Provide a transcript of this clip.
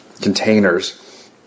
containers